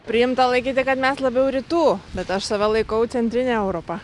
priimta laikyti kad mes labiau rytų bet aš save laikau centrine europa